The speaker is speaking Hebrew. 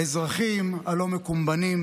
האזרחים הלא-מקומבנים,